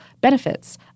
benefits